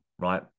right